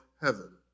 Heaven